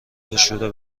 بشوره